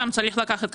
גם צריך לקחת,